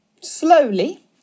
slowly